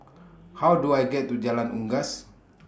How Do I get to Jalan Unggas